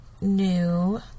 new